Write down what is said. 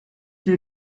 will